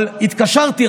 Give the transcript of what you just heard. אבל התקשרתי,